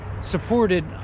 supported